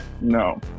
No